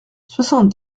soixante